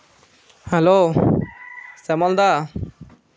hello Semal the